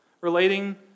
relating